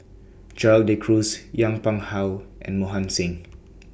Gerald De Cruz Yong Pung How and Mohan Singh